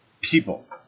people